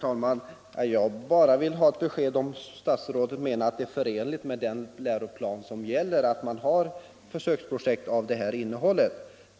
Herr talman! Jag vill bara ha besked av statsrådet, om hon anser det förenligt med den läroplan som gäller att det förekommer projekt med det här innehållet.